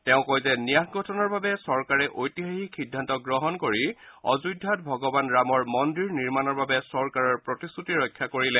তেওঁ কয় যে ন্যাস গঠনৰ বাবে চৰকাৰে ঐতিহাসিক সিদ্ধান্ত গ্ৰহণ কৰি অযোধ্যাত ভগৱান ৰামৰ মন্দিৰ নিৰ্মাণৰ বাবে চৰকাৰৰ প্ৰতিশ্ৰুতি ৰক্ষা কৰিলে